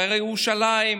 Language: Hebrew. בהרי ירושלים,